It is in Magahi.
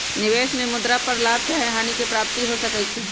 निवेश में मुद्रा पर लाभ चाहे हानि के प्राप्ति हो सकइ छै